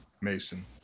Mason